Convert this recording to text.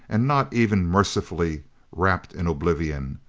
and not even mercifully wrapped in oblivion,